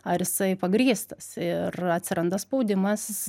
ar jisai pagrįstas ir atsiranda spaudimas